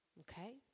Okay